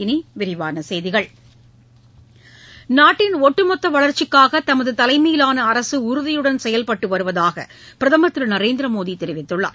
இனி விரிவான செய்திகள் நாட்டின் ஒட்டுமொத்த வளர்ச்சிக்காக தமது தலைமையிலான அரசு உறுதியுடன் செயல்பட்டு வருவதாக பிரதமர் திரு நரேந்திர மோடி தெரிவித்துள்ளார்